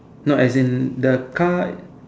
no as in the car